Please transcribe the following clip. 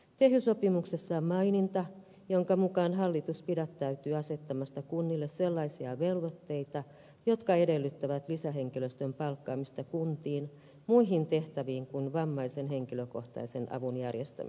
tehy sopimuksessa on maininta jonka mukaan hallitus pidättäytyy asettamasta kunnille sellaisia velvoitteita jotka edellyttävät lisähenkilöstön palkkaamista kuntiin muihin tehtäviin kuin vammaisen henkilökohtaisen avun järjestämiseen